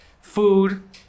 food